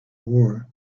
war